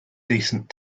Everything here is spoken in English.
decent